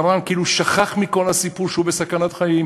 מרן כאילו שכח מכל הסיפור שהוא בסכנת חיים,